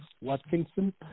Watkinson